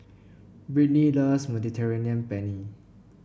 Brittnee loves Mediterranean Penne